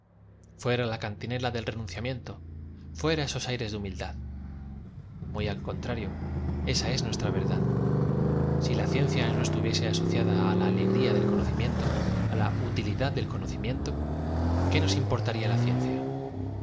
fuera la cantilena del reaunciamiento fuera esos aires de humildad muy al contrario esa es nuestra verdad si la ciencia no estuviese asocia da á la au gria del conocimiento á la utilidad del conocimiento qué nos importaría la ciencia